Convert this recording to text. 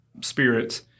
spirits